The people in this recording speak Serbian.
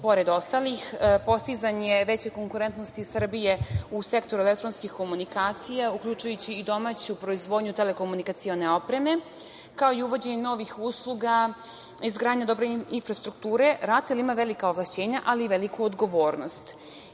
pored ostalih, postizanje veće konkurentnosti Srbije u sektoru elektronskih komunikacija, uključujući i domaću proizvodnju telekomunikacione opreme, kao i uvođenje novih usluga, izgradnja dobre infrastrukture, RATEL ima velika ovlašćenja, ali i veliku odgovornost. Treba